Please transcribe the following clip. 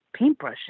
paintbrushes